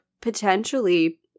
potentially